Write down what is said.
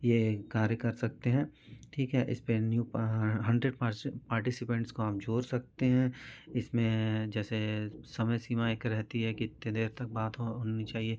ये कार्य कर सकते हैं ठीक है इस पर न्यू हंड्रेड परसे पार्टिसिपेंट्स को हम जोड़ सकते हैं इसमें जैसे समय सीमा एक रहती है कि इतनी देर तक बात हो होनी चाहिए